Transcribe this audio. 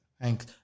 Thanks